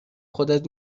خودت